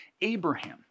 Abraham